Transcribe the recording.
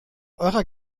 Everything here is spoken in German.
eurer